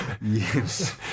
Yes